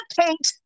paint